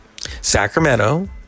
Sacramento